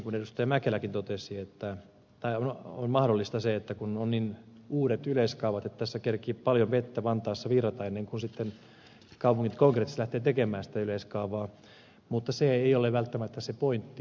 mäkeläkin totesi tai mahdollista on se että kun on niin uudet yleiskaavat niin tässä kerkiää paljon vettä vantaassa virrata ennen kuin kaupungit sitten konkreettisesti lähtevät tekemään sitä yleiskaavaa mutta se ei ole välttämättä se pointti